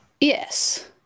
Yes